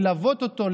ללוות אותו,